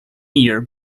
year